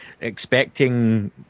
expecting